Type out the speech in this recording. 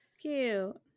Cute